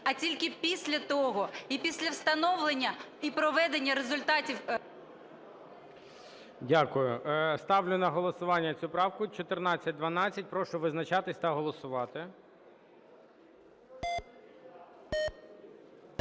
а тільки після того і після встановлення, і проведення результатів... ГОЛОВУЮЧИЙ. Дякую. Ставлю на голосування цю правку, 1412. Прошу визначатись та голосувати.